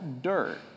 dirt